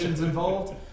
involved